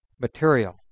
material